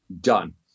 done